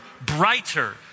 brighter